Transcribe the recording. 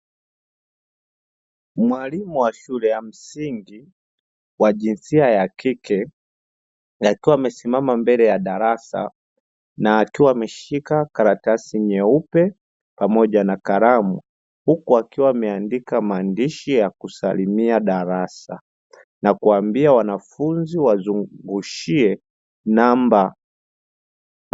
Mwalimu wa shule ya msingi wa jinsia ya kike, akiwa amesimama mbele ya darasa na akiwa ameshika karatasi nyeupe pamoja na kalamu huku akiwa ameandika maandishi ya kusalimia darasa na kuwaambia wanafunzi wazungushie namba.